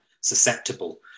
susceptible